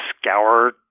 scour